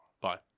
Bye